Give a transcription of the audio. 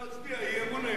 לכן אתה מצביע אי-אמון היום.